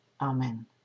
Amen